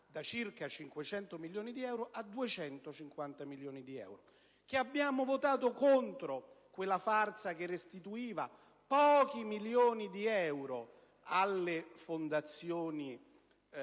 da circa 500 milioni a 250 milioni di euro; che abbiamo votato contro quella farsa che restituiva pochi milioni di euro alle fondazioni